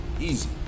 easy